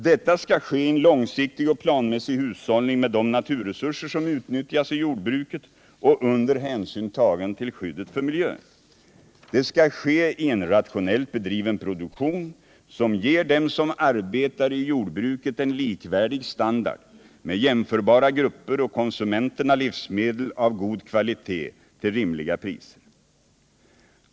Detta skall ske i en långsiktig och planmässig hushållning med de naturresurser som utnyttjas i jordbruket och under hänsyn tagen till skyddet för miljön. Det skall ske i en rationellt bedriven produktion, som ger dem som arbetar i jordbruket en standard likvärdig den som jämförbara grupper har och åt konsumenterna livsmedel av god kvalitet till rimliga priser.